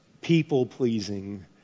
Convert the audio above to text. people-pleasing